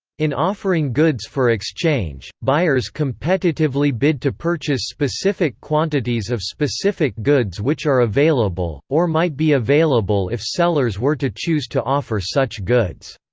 in offering goods for exchange, buyers competitively bid to purchase specific quantities of specific goods which are available, or might be available if sellers were to choose to offer such goods.